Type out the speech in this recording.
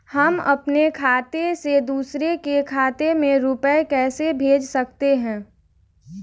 हम अपने खाते से दूसरे के खाते में रुपये कैसे भेज सकते हैं?